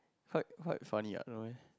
quite quite funny what no ah